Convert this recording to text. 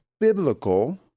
biblical